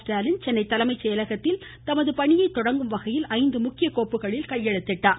ஸ்டாலின் சென்னை தலைமை செயலகத்தில் தமது பணியை தொடங்கும் வகையில் ஐந்து முக்கிய கோப்புகளில் கையெழுத்திட்டார்